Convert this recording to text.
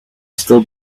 still